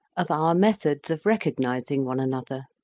of our methods of recognizing one another.